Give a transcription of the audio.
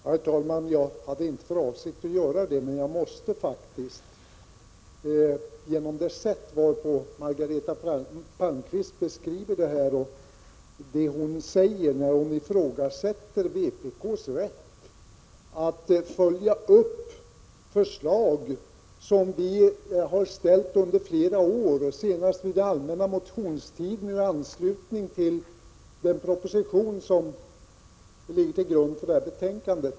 Herr talman! Jag hade inte för avsikt att begära replik, men jag måste faktiskt göra det med tanke på det sätt varpå Margareta Palmqvist beskrev situationen. Hon ifrågasätter nästan vpk:s rätt att följa upp förslag som vi framlagt under flera år, senast under den allmänna motionstiden i anslutning till den proposition som ligger till grund för detta betänkande.